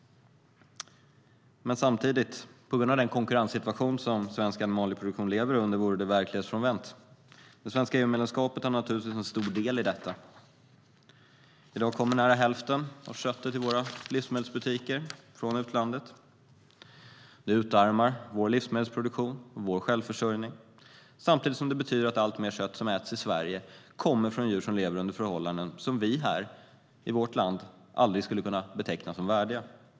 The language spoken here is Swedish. Men på grund av den konkurrenssituation som svensk animalieproduktion lever under vore det verklighetsfrånvänt. Det svenska EU-medlemskapet har naturligtvis en stor del i detta. I dag kommer nära hälften av köttet i våra livsmedelsbutiker från utlandet. Det utarmar vår livsmedelsproduktion och vår självförsörjning samtidigt som det betyder att alltmer kött som äts i Sverige kommer från djur som lever under förhållanden som vi här i vårt land aldrig skulle kunna beteckna som värdiga.